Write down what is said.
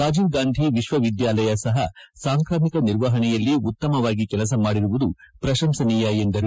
ರಾಜೀವ್ ಗಾಂಧಿ ವಿಶ್ವವಿದ್ಯಾಲಯ ಸಹ ಸಾಂಕ್ರಾಮಿಕ ನಿರ್ವಪಣೆಯಲ್ಲಿ ಉತ್ತಮವಾಗಿ ಕೆಲಸ ಮಾಡಿರುವುದು ಪ್ರಶಂಸನೀಯ ಎಂದರು